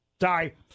Sorry